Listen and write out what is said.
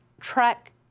track